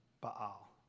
Baal